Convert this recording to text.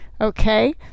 Okay